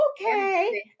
okay